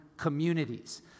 communities